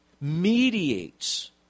mediates